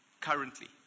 currently